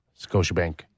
Scotiabank